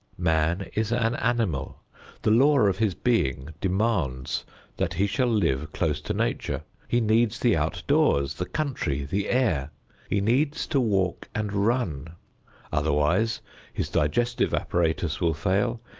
man is an animal the law of his being demands that he shall live close to nature he needs the outdoors, the country, the air he needs to walk and run otherwise his digestive apparatus will fail,